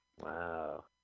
Wow